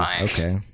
Okay